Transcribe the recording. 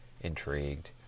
intrigued